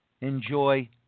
enjoy